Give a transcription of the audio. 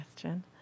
question